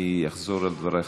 אני אחזור על דברי,